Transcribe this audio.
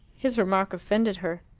his remark offended her.